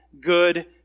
good